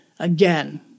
Again